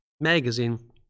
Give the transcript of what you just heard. magazine